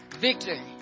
Victory